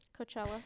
Coachella